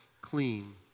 clean